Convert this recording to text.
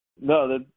No